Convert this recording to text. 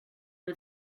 nhw